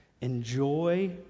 enjoy